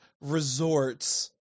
resorts